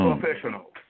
Professionals